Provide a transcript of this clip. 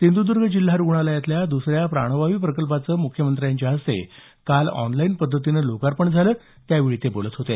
सिंधुदर्ग जिल्हा रुग्णालयातल्या दुसऱ्या प्राणवायू प्रकल्पाचं मुख्यमंत्र्यांच्या हस्ते ऑनलाईन पद्धतीनं लोकार्पण झालं त्यावेळी ते बोलत होते